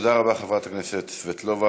תודה רבה, חברת הכנסת סבטלובה.